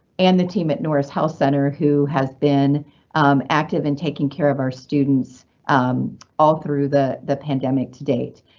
and the team at norris health center, who has been active and taking care of our students all through the the pandemic to date.